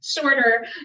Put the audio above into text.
shorter